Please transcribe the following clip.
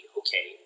okay